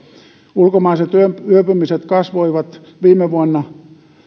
ulkomaiset yöpymiset kasvoivat viime vuonna